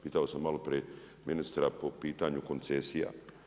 Pitao sam maloprije ministra po pitanju koncesija.